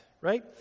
right